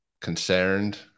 concerned